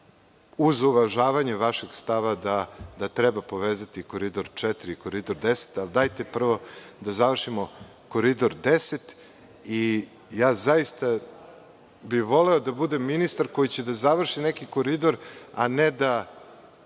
uz uvažavanje vašeg stava da treba povezati i Koridor 4. i Koridor 10, ali dajte prvo da završimo Koridor 10. Zaista bih voleo da budem ministar koji će da završi neki koridor, a ne da